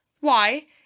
Why